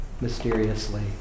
mysteriously